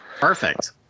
Perfect